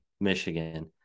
Michigan